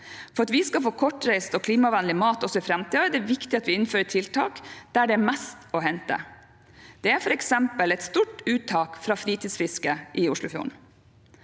For at vi skal få kortreist og klimavennlig mat også i framtiden, er det viktig at vi innfører tiltak der det er mest å hente. Det er f.eks. et stort uttak fra fritidsfiske i Oslofjorden.